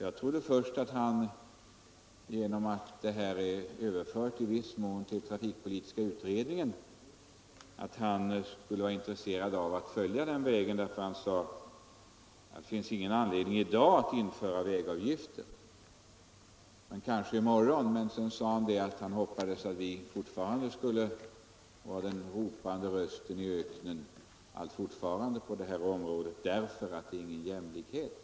Jag trodde först att herr Hugosson, genom att Nr 49 frågan i viss mån är överförd till trafikpolitiska utredningen, skulle vara Torsdagen den intresserad av att följa den linjen, för han sade att det finns ingen an 3 april 1975 ledning i dag att införa vägavgifter — men kanske i morgon. Sedan sade emellertid herr Hugosson att han hoppades att vi alltfort skulle vara = Anslag till vägväsenen ropandes röst i öknen, eftersom vårt förslag inte skulle leda till någon = det, m.m. jämlikhet.